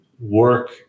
work